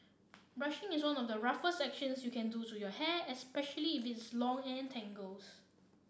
brushing is one of the roughest actions you can do to your hair especially if it's long and tangles